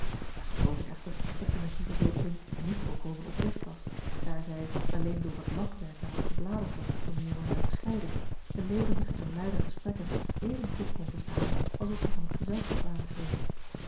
wij gelooven echter dat zij met die verzekering niet volkomen oprecht was daar zij alleen door wat latwerk en wat gebladerte van de jongelui gescheiden de levendige en luide gesprekken evengoed kon verstaan alsof zij van t gezelschap ware geweest